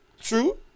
True